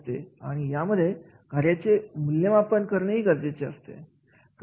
असते आणि यामध्ये कार्याचे मूल्यमापन करणे गरजेचे असते